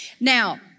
Now